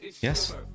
Yes